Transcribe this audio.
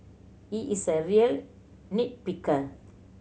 he is a real nit picker